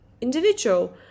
individual